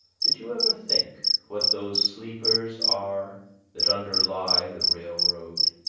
did you ever think what those sleepers are that underlie the railroad?